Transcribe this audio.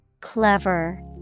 Clever